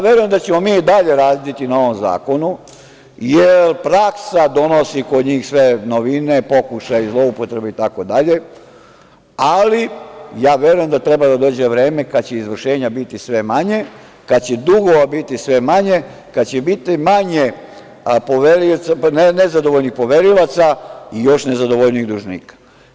Verujem da ćemo mi i dalje raditi na ovom zakonu, jer praksa donosi kod njih sve novine, pokušaj zloupotrebe itd, ali ja verujem da treba da dođe vreme kada će izvršenja biti sve manje, kada će dugova biti sve manje, kada će biti manje nezadovoljnih poverilaca i još nezadovoljnijih dužnika.